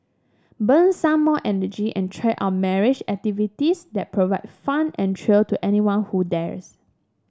burn some more energy and try out myriad activities that provide fun and thrill to anyone who dares